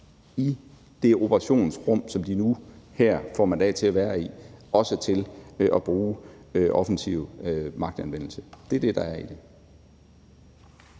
i det operationsrum, som de nu med det her får mandat til at være i, også til at bruge offensiv magtanvendelse. Det er det, der er i det.